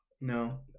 No